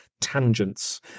tangents